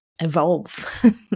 evolve